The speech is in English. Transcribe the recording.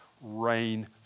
reign